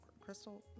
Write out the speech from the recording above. Crystal